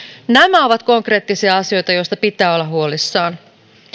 nämä ovat konkreettisia asioita joista pitää olla huolissaan